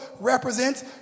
represents